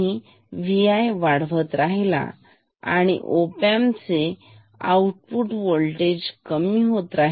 तुम्ही Vi वाढवत आहात आणि ऑपपंचे आउटपुट व्होल्टेज कमी होत आहे